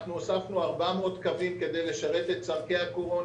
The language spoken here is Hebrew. הוספנו 400 קווים כדי לשרת את צורכי הקורונה,